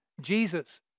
Jesus